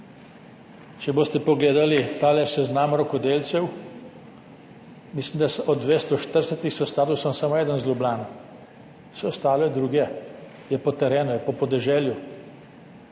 Če boste pogledali tale seznam rokodelcev, mislim da od 240. s statusom, je samo eden iz Ljubljano, vse ostalo je drugje, je po terenu, je po podeželju,